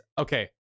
okay